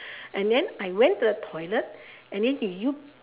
and then I went to the toilet and then did you